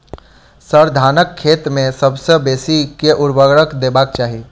sir, धानक खेत मे सबसँ बेसी केँ ऊर्वरक देबाक चाहि